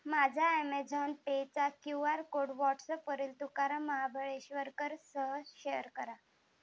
माझा ॲमेझॉन पेचा Q R code व्हॉटसॲपवरील तुकाराम महाबळेश्वरकरसह शेअर करा